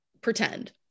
pretend